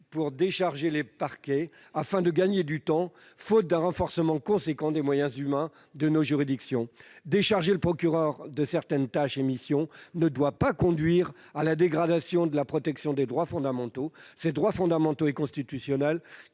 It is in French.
pour décharger les parquets afin de gagner du temps, faute d'un renforcement substantiel des moyens humains de nos juridictions ? Décharger le procureur de certaines tâches et missions ne doit pas conduire à la dégradation de la protection des droits fondamentaux, ces mêmes droits fondamentaux et constitutionnels